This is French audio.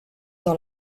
dans